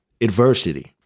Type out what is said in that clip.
adversity